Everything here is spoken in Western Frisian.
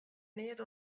neat